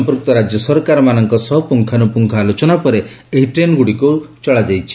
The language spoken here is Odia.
ସମ୍ପୃକ୍ତ ରାଜ୍ୟ ସରକାରମାନଙ୍କ ସହ ପ୍ରଙ୍ଗାନ୍ରପ୍ରଙ୍ଗ ଆଲୋଚନା ପରେ ଏହି ଟ୍ରେନ୍ଗୁଡ଼ିକୁ ଚଳାଯାଉଛି